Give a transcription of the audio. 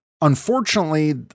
Unfortunately